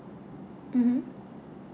mmhmm